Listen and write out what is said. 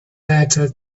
letter